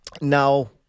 Now